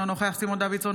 אינו נוכח סימון דוידסון,